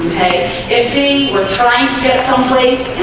if he were trying to get someplace